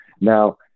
Now